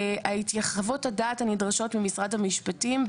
חוות הדעת הנדרשות ממשרד המשפטים,